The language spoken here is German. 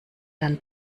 dann